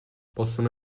possono